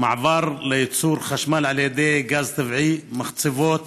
מעבר לייצור חשמל על ידי גז טבעי, מחצבות.